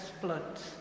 floods